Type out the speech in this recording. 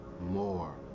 more